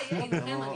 מה יהיה אתכם אני